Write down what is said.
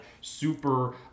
super